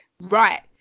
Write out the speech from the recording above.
right